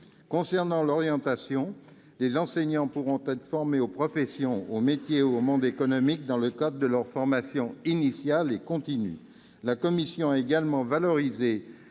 Concernant l'orientation, les enseignants pourront être formés aux professions, aux métiers et au monde économique dans le cadre de leur formation initiale et continue. La commission a également valorisé